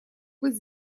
быть